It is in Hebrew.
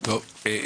טוב,